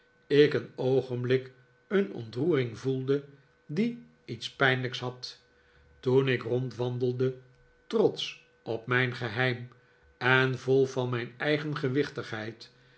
ik een oogenblik een ontroering voelde die iets pijnlijks had toen ik rondwandelde trotsch op mijn geheim en vol van mijn eigen gewichtigheid